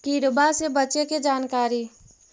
किड़बा से बचे के जानकारी?